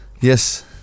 Yes